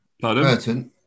Burton